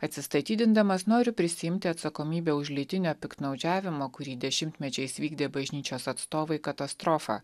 atsistatydindamas noriu prisiimti atsakomybę už lytinio piktnaudžiavimo kurį dešimtmečiais vykdė bažnyčios atstovai katastrofą